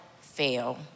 fail